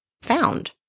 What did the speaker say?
found